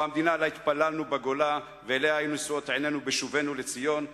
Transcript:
או המדינה שעליה התפללנו בגולה ואליה היו נשואות עינינו בשובנו לציון?